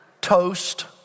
toast